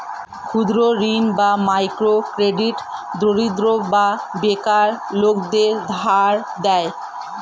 ক্ষুদ্র ঋণ বা মাইক্রো ক্রেডিট দরিদ্র বা বেকার লোকদের ধার দেয়